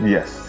Yes